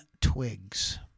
Twigs